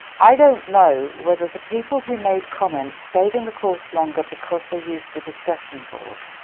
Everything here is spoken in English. i don't know whether the people who made comments stayed in the course longer because they used the discussion board.